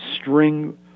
string